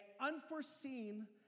unforeseen